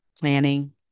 planning